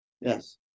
Yes